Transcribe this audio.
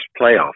playoff